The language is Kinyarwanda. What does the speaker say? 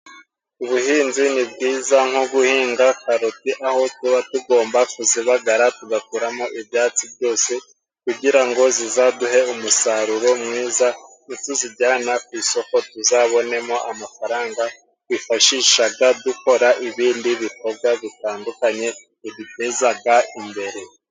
Ubuhinzi ni bwiza nko guhinga karoti aho tuba tugomba kuzibagara tugakuramo ibyatsi byose, kugira ngo zizaduhe umusaruro mwiza, nituzijyana ku isoko tuzabonemo amafaranga twifashishaga dukora ibindi bikorwa bitandukanye, bidutezaga imbere.